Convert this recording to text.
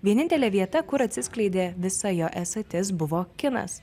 vienintelė vieta kur atsiskleidė visa jo esatis buvo kinas